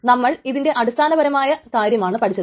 നമ്മൾ ഇതിന്റെ അടിസ്ഥാനപരമായ കാര്യമാണ് പഠിച്ചത്